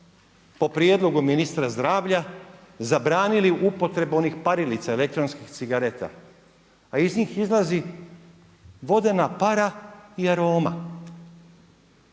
po prijedlogu ministra zdravlja, zabranili upotrebu onih parilica, elektronskih cigareta, a iz njih izlazi vodena para i aroma.